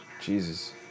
Jesus